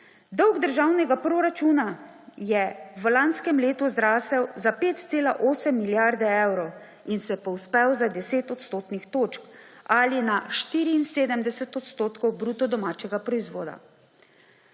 Dolg državnega proračuna je v lanskem letu zrasel za 5,8 milijarde evrov in se povzpel za 10 odstotnih točk ali na 74 % bruto domačega proizvoda.